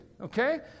Okay